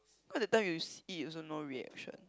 cause that time you s~ eat also no reaction